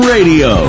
Radio